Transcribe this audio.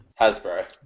Hasbro